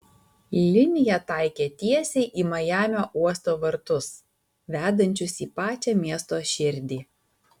linija taikė tiesiai į majamio uosto vartus vedančius į pačią miesto širdį